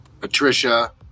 patricia